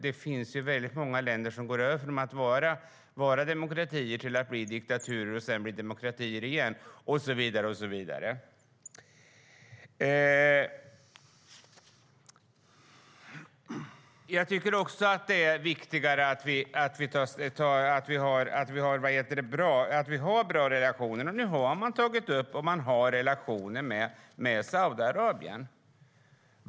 Det finns många länder som går från att vara demokratier till att bli diktaturer och sedan bli demokratier igen, och så vidare. Det är viktigare att vi har bra relationer. Men nu har relationerna återupptagits med Saudiarabien.